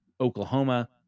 Oklahoma